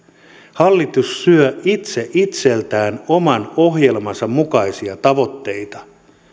hallitus syö itse itseltään oman ohjelmansa mukaisia tavoitteita